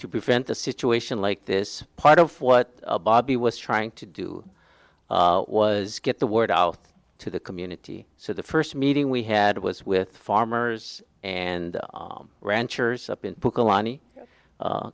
to prevent a situation like this part of what bobbie was trying to do was get the word out to the community so the first meeting we had was with farmers and ranchers up in